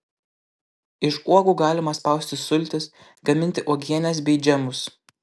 iš uogų galima spausti sultis gaminti uogienes bei džemus